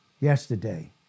Yesterday